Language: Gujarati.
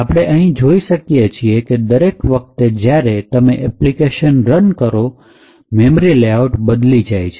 આપણે અહીં જોઇ શકીએ છીએ કે દરેક વખતે જ્યારે તમે એપ્લિકેશન રન કરો મેમરી લેઆઉટ બદલી જાય છે